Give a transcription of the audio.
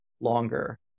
longer